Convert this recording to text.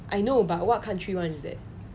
I know but what country [one] is that